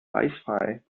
eisfrei